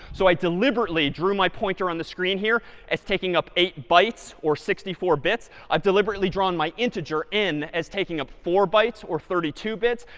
so i deliberately drew my pointer on the screen here as taking up eight bytes or sixty four bits. i've deliberately drawn my integer n as taking up four bytes or thirty two bits.